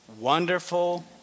Wonderful